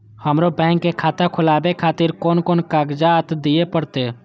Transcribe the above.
हमरो बैंक के खाता खोलाबे खातिर कोन कोन कागजात दीये परतें?